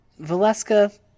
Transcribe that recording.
valeska